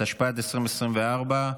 התשפ"ד 2023,